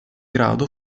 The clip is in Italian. grado